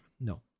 no